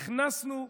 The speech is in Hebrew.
הכנסנו,